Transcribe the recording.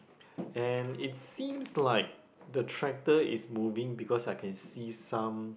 and it seems like the tractor is moving because I can see some